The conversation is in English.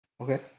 Okay